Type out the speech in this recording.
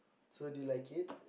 so do you like it